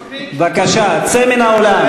מספיק, ראש הממשלה לעשות